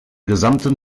gesamten